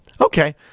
Okay